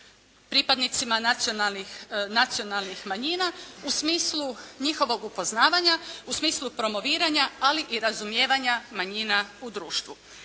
pripadnicima nacionalnih manjina u smislu njihovog upoznavanja, u smislu promoviranja ali i razumijevanja manjina u društvu.